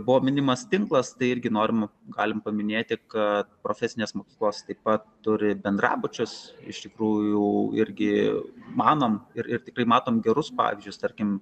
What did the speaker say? buvo minimas tinklas tai irgi normų galime paminėti kad profesinės mokyklos taip pat turi bendrabučius iš tikrųjų irgi manom ir ir tikrai matome gerus pavyzdžius tarkim